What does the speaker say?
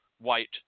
white